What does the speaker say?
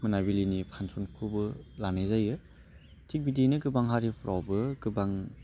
मोनाबिलिनि फांशनखौबो लानाय जायो थिक बिदिनो गोबां हारिफ्रावबो गोबां